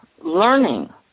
learning